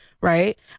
right